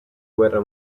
guerra